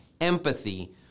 empathy